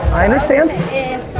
i understand and,